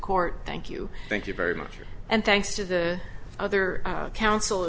court thank you thank you very much and thanks to the other counsel